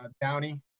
Downey